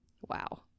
Wow